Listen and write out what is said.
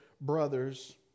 brothers